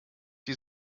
die